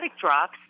drops